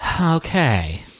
okay